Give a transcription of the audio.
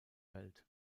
welt